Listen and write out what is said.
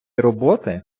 роботи